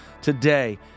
today